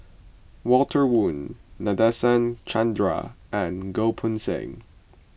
Walter Woon Nadasen Chandra and Goh Poh Seng